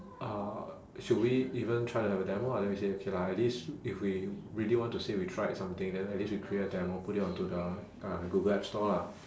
uh should we even try to have a demo ah then we say okay lah at least if we really want to say we tried something then at least we create a demo put it onto the uh google app store lah